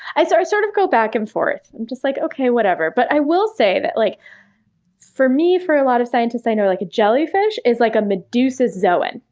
i sort of sort of go back and forth. i'm just like, okay, whatever. but i will say that like for me, and for a lot of scientists i know, like a jellyfish is like a medusazoan.